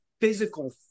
physical